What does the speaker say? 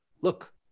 look